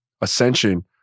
ascension